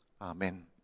Amen